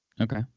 Okay